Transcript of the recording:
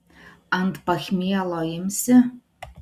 ant pachmielo imsi